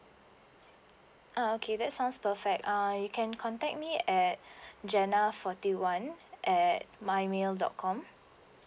uh okay that sounds perfect uh you can contact me at jenna forty one at my mail dot com